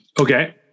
okay